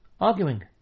arguing